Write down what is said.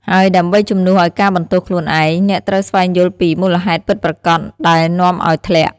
ហើយដើម្បី ជំនួសឲ្យការបន្ទោសខ្លួនឯង អ្នកត្រូវស្វែងយល់ពី មូលហេតុពិតប្រាកដ ដែលនាំឲ្យធ្លាក់។